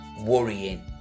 worrying